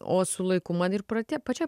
o su laiku man ir prati pačiai